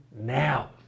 now